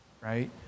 right